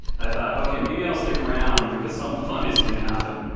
i thought, okay, maybe i'll stick around because something funny is gonna happen.